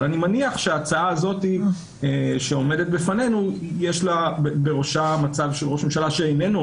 אבל אני מניח שההצעה שעומדת בפנינו יש בראשה מצב של ראש ממשלה שאיננו